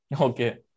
Okay